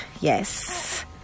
Yes